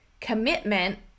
commitment